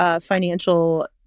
financial